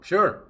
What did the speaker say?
Sure